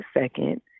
second